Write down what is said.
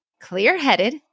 clear-headed